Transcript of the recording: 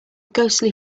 ghostly